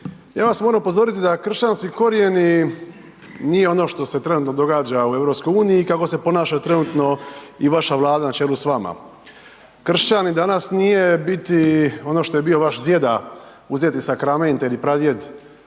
Ja vas moram upozoriti da kršćanski korijeni nije ono što se trenutno događa u EU i kako se ponaša trenutno i vaša Vlada na čelu s vama. Kršćanin danas nije biti ono što je bio vaš djeda, uzeti sakramente ili pradjed